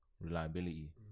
reliability